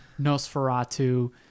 Nosferatu